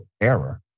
error